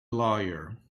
lawyer